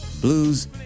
blues